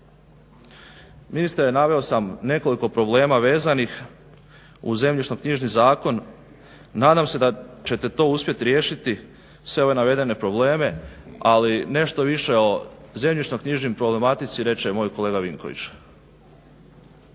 Ministre naveo sam nekoliko problema vezanih uz zemljišno-knjižni Zakon, nadam se da ćete to uspjeti riješiti sve ove navedene probleme. Ali nešto više o zemljišno-knjižnoj problematici reći će moj kolega Vinković.